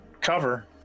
cover